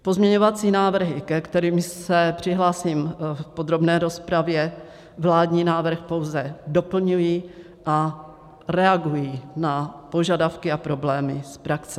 Pozměňovací návrhy, ke kterým se přihlásím v podrobné rozpravě, vládní návrh pouze doplňují a reagují na požadavky a problémy z praxe.